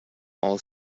all